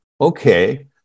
okay